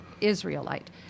Israelite